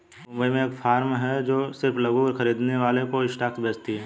मुंबई में एक फार्म है जो सिर्फ लघु खरीदने वालों को स्टॉक्स बेचती है